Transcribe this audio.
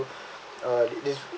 uh this this